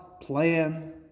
plan